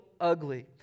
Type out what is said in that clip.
ugly